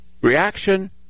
reaction